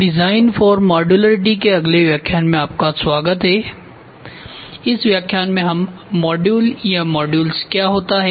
इस व्याख्यान में हम मॉड्यूल या माड्यूल्स क्या होता है